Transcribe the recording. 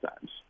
times